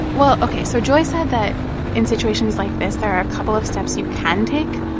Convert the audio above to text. well, ok, so joy said that in situations like this, there are a couple of steps you can take,